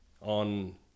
on